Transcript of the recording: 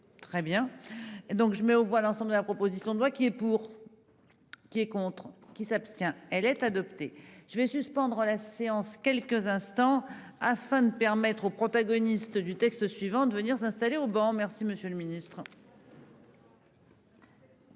Très bien. Donc je mets aux voix l'ensemble de la proposition de loi qui est pour. Qui est contre qui s'abstient. Elle est adoptée, je vais suspendre la séance quelques instants afin de permettre aux protagonistes du texte suivant de venir s'installer au banc. Merci Monsieur le Ministre.